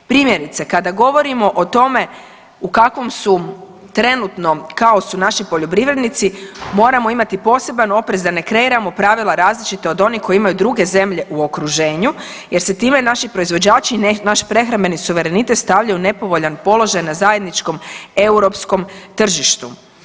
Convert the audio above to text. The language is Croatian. Primjerice kada govorimo o tome u kakvom su trenutnom kaosu naši poljoprivrednici moramo imati poseban oprez da ne kreiramo pravila različita od onih koja imaju druge zemlje u okruženju, jer se time naši proizvođači, naš prehrambeni suverenitet stavlja u nepovoljan položaj na zajedničkom europskom tržištu.